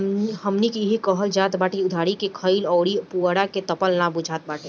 हमनी के इहां कहल जात बा की उधारी के खाईल अउरी पुअरा के तापल ना बुझात बाटे